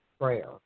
prayer